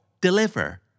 deliver